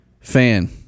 fan